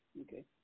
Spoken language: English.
Okay